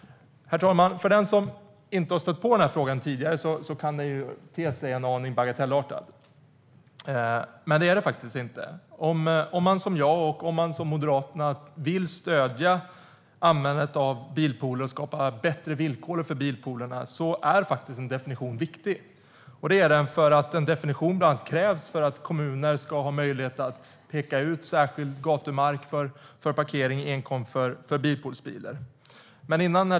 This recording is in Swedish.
Herr talman! För den som inte har stött på den här frågan tidigare kan den te sig en aning bagatellartad. Men det är den faktiskt inte. Om man som jag och Moderaterna vill stödja användandet av bilpooler och skapa bättre villkor för dessa är en definition viktig. Det är den för att en definition bland annat krävs för att kommuner ska ha möjlighet att peka ut särskild gatumark för parkering enkom för bilpoolsbilar. Herr talman!